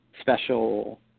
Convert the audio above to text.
special